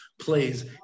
plays